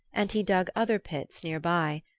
and he dug other pits near by,